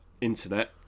internet